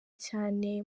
cyane